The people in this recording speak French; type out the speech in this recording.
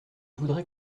voudrais